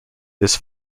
this